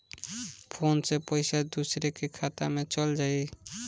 Phone से पईसा दूसरे के खाता में चल जाई?